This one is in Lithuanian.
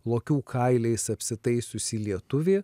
lokių kailiais apsitaisiusį lietuvį